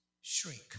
shrink